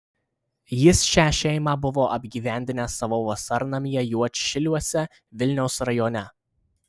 jis šią šeimą buvo apgyvendinęs savo vasarnamyje juodšiliuose vilniaus rajone